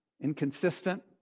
Inconsistent